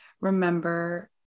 Remember